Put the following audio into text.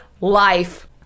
life